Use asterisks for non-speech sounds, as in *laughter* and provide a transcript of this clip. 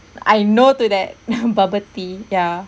I no to that *laughs* bubble tea yeah